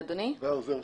ואדוני?